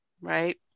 Right